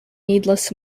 needless